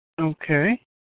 Okay